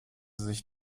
sich